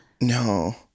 No